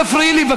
אל תפריעי לי,